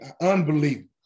unbelievable